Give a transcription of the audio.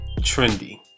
trendy